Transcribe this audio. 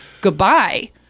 Goodbye